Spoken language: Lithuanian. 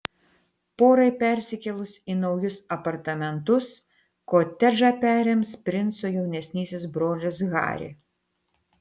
porai persikėlus į naujus apartamentus kotedžą perims princo jaunesnysis brolis harry